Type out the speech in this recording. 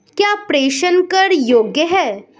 क्या प्रेषण कर योग्य हैं?